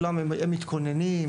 הם מתכוננים.